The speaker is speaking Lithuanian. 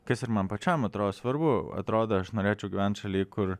kas ir man pačiam atrodo svarbu atrodo aš norėčiau gyvent šaly kur